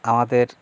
আমাদের